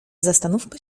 zastanówmy